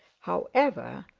however,